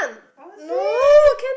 lousy